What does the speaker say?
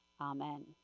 Amen